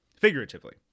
figuratively